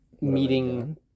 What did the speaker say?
meeting